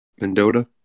Mendota